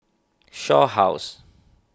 Shaw House